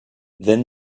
then